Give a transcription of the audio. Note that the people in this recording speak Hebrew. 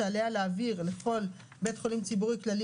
שעליה להעביר לכל בית חולים ציבורי כללי,